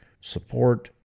support